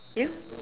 you